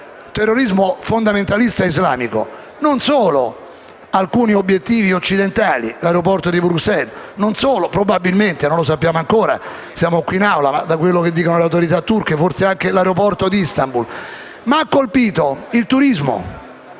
anni sta colpendo, tra l'altro, non solo alcuni obiettivi occidentali, quali l'aeroporto di Bruxelles, non solo probabilmente - non lo sappiamo ancora, siamo qui in Aula - da quello che dicono le autorità turche, l'aeroporto di Istanbul, ma ha colpito il turismo